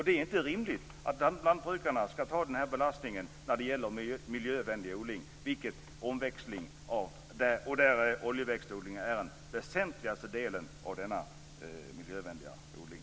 Det är inte rimligt att lantbrukarna ska ta den belastningen i fråga om miljövänlig odling, där oljeväxtodlingen är en väsentlig del av denna miljövänliga odling.